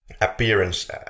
appearance